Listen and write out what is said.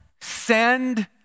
send